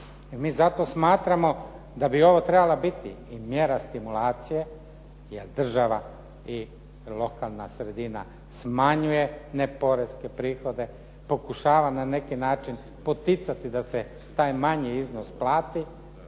mi zato smatramo da bi ovo trebala biti i mjera stimulacije jer država i lokalna sredina smanjuje neporeske prihode, pokušava na neki način poticati da se taj manji iznos plati,